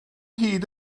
hyd